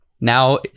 now